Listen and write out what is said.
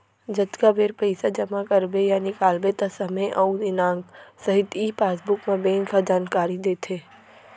जतका बेर पइसा जमा करबे या निकालबे त समे अउ दिनांक सहित ई पासबुक म बेंक ह जानकारी देथे